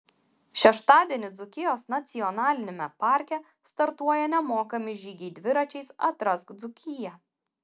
šeštadienį dzūkijos nacionaliniame parke startuoja nemokami žygiai dviračiais atrask dzūkiją